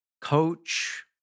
coach